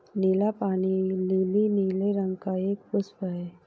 नीला पानी लीली नीले रंग का एक पुष्प है